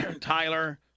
Tyler